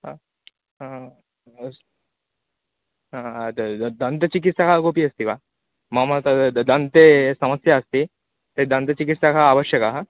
अस् द् दन्तचिकित्सकः कोपि वा अस्ति मम द दन्ते समस्या अस्ति तर्हि दन्तचिकित्सकाः आवश्यकाः